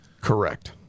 Correct